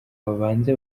babanze